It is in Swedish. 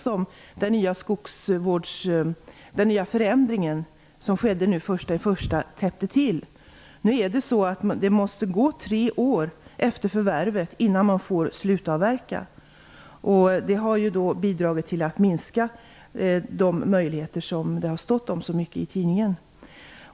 Det var ju den möjligheten som den nya förändringen som skedde den 1 januari täppte till. Det måste gå tre år efter förvärvet innan man får slutavverka, vilket har bidragit till att minska de möjligheter som det har stått om så mycket i tidningen.